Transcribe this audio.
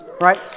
right